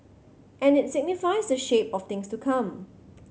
and it signifies the shape of things to come